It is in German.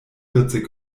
vierzig